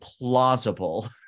plausible